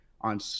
on